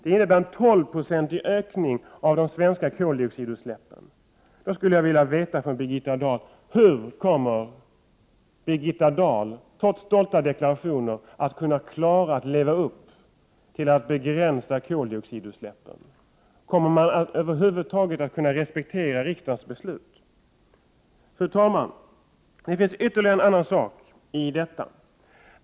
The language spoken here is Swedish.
Det innebär en ökning med 12 96 av de svenska koldioxidutsläppen. Jag skulle vilja veta hur Birgitta Dahl, trots stolta deklarationer, skall kunna klara att leva upp till målet att begränsa koldioxidutsläppen. Kommer man över huvud taget att kunna respektera riksdagens beslut? Fru talman! Det finns ytterligare en fråga härvidlag.